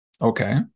Okay